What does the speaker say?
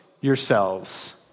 yourselves